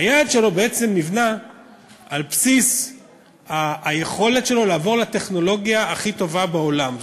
היעד שלו נבנה על בסיס היכולת שלו לעבור לטכנולוגיה הכי טובה בעולם.